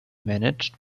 managed